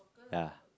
ya